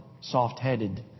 soft-headed